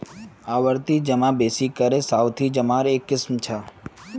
आवर्ती जमा बेसि करे सावधि जमार एक किस्म छ